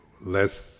less